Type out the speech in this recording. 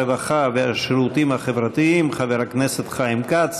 הרווחה והשירותים החברתיים חבר הכנסת חיים כץ